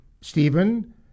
Stephen